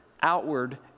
outward